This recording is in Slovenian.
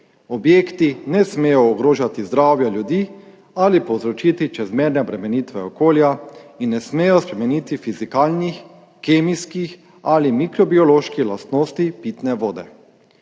Objekti ne smejo ogrožati zdravja ljudi ali povzročiti čezmerne obremenitve okolja in ne smejo spremeniti fizikalnih, kemijskih ali mikrobioloških lastnosti pitne vode.